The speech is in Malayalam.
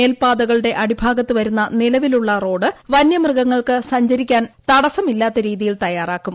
മേൽപ്പാതകളുടെ അടിഭാഗത്ത് വരുന്ന നിലവിലുള്ള റോഡ് വന്യമൃഗങ്ങൾക്ക് സഞ്ചരിക്കാൻ തടസ്സമില്ലാത്ത രീതിയിൽ തയ്യാറാക്കും